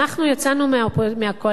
אנחנו יצאנו מהקואליציה.